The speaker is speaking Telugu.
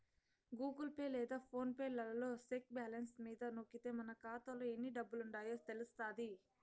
గూగుల్ పే లేదా ఫోన్ పే లలో సెక్ బ్యాలెన్స్ మీద నొక్కితే మన కాతాలో ఎన్ని డబ్బులుండాయో తెలస్తాది